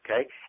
Okay